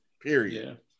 Period